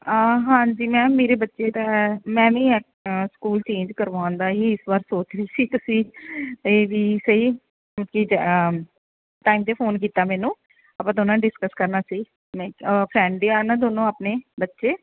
ਹਾਂ ਹਾਂਜੀ ਮੈਮ ਮੇਰੇ ਬੱਚੇ ਤਾਂ ਮੈਂ ਵੀ ਸਕੂਲ ਚੇਂਜ ਕਰਵਾਉਣ ਦਾ ਹੀ ਇਸ ਵਾਰ ਸੋਚਦੀ ਸੀ ਤੁਸੀਂ ਇਹ ਵੀ ਸਹੀ ਟਾਈਮ 'ਤੇ ਫੋਨ ਕੀਤਾ ਮੈਨੂੰ ਆਪਾਂ ਤਾਂ ਉਹਨਾਂ ਨੇ ਡਿਸਕਸ ਕਰਨਾ ਸੀ ਨਹੀਂ ਫਰੈਂਡ ਦੇ ਉਹਨਾਂ ਦੋਨੋਂ ਆਪਣੇ ਬੱਚੇ